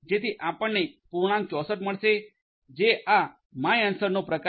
જેથી આપણને પૂર્ણાંક 64 મળશે જે આ my answerમાય આન્સર નો પ્રકાર છે